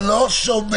אתה לא שומע.